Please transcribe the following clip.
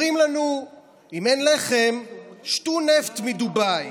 אומרים לנו: אם אין לחם שתו נפט מדובאי,